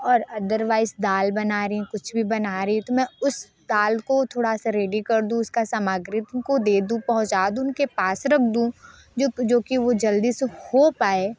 और अदरवाइज़ दाल बना रहीं कुछ भी बना रहीं तो मैं उस दाल को थोड़ा सा रेडी कर दूँ उसकी सामाग्री उन को दे दूँ पहुंचा दूँ उनके पास रख दूँ जो कि जो कि वो जल्दी से हो पाए